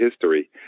history